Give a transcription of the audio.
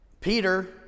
Peter